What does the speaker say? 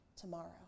tomorrow